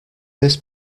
this